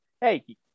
Hey